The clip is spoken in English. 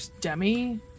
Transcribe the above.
demi